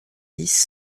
dix